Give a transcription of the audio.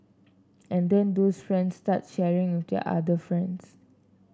and then those friends start sharing with their other friends